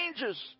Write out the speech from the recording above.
changes